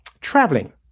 traveling